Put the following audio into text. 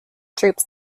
troops